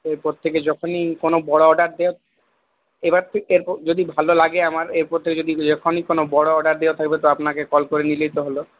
এরপর থেকে যখনই কোনো বড় অর্ডার দেওয়ার এরপর যদি ভালো লাগে আমার এরপর থেকে যদি যখনই কোনো বড় অর্ডার দেওয়ার থাকবে তো আপনাকে কল করে নিলেই তো হল